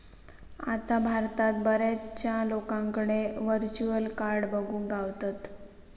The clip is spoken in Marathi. आता भारतात बऱ्याचशा लोकांकडे व्हर्चुअल कार्ड बघुक गावतत